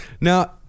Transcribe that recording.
Now